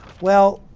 well,